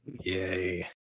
Yay